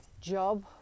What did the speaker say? job